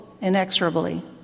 inexorably